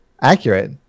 accurate